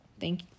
Thank